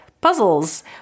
puzzles